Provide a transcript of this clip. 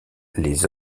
les